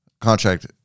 contract